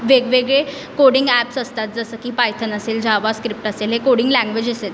वेगवेगळे coding apps असतात जसं की पायथन असेल जावा स्क्रिप्ट असेल हे कोडिंग लँग्वेजेस आहेत